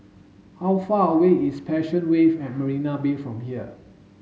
how far away is Passion Wave at Marina Bay from here